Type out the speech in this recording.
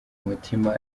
umutima